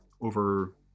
over